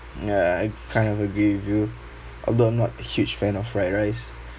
ya I kind of agree with you although not a huge fan of fried rice